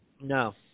No